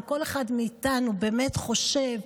אם כל אחד מאיתנו באמת חושב,